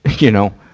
you know,